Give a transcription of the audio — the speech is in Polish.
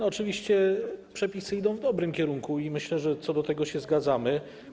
Oczywiście przepisy idą w dobrym kierunku i myślę, że co do tego się zgadzamy.